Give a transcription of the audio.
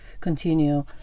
continue